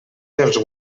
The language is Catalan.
dels